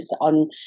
on